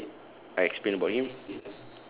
so that's it I explain about him